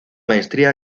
maestría